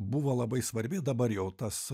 buvo labai svarbi dabar jau tas